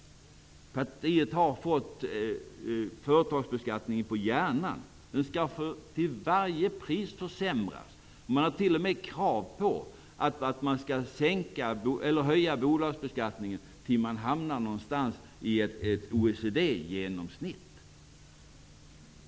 Vänsterpartiet har fått företagsbeskattningen på hjärnan. Den skall till varje pris försämras. Man har t.o.m. krav på att bolagsbeskattningen skall höjas tills nivån hamnar någonstans i ett OECD genomsnitt.